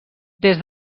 des